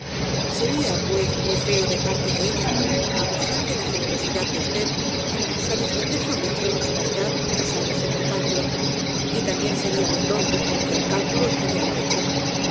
sería pues muy feo de parte de ella abusar de la generosidad de usted para satisfacer su am bición ó su vanidad casándose por cálculo y tam bién sería muy tonto porque el cálculo estaría mal hecho